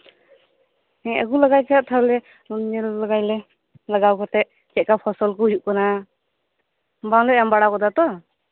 ᱦᱮᱸ ᱟᱹᱜᱩᱞᱟᱜᱟᱭ ᱯᱮᱦᱟᱜ ᱛᱟᱦᱚᱞᱮ ᱧᱮᱞ ᱞᱟᱜᱟᱭᱟᱞᱮ ᱪᱮᱫᱞᱮᱠᱟ ᱯᱷᱚᱥᱚᱞ ᱠᱩ ᱦᱩᱭᱩᱜ ᱠᱟᱱᱟ ᱵᱟᱞᱮ ᱮᱢ ᱵᱟᱲᱟᱣᱟᱠᱟᱫᱟ ᱛᱚ